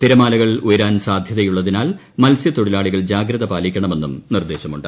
തിരമാലകൾ ഉയരാൻ സാധ്യതയുള്ളതിനാൽ മത്സ്യത്തൊഴിലാളികൾ ജാഗ്രത പാലിക്കണമെന്നും നിർദ്ദേശമുണ്ട്